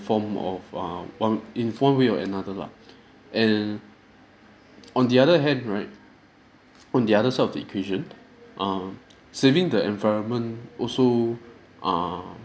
form of err one in one way or another lah and on the other hand right on the other side of the equation err saving the environment also err